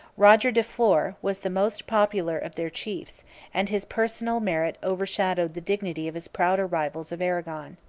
roger de flor was the most popular of their chiefs and his personal merit overshadowed the dignity of his prouder rivals of arragon.